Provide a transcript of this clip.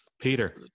Peter